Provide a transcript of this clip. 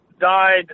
died